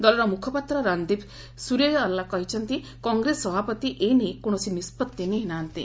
ଦଳର ମୁଖପାତ୍ର ରଣଦୀପ୍ ସୂର୍ଯ୍ୟଓ୍ୱାଲା କହିଛନ୍ତି କଂଗ୍ରେସ ସଭାପତି ଏନେଇ କୌଣସି ନିଷ୍ପଭି ନେଇ ନାହାନ୍ତି